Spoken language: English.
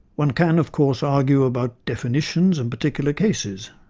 one can, of course, argue about definitions and particular cases.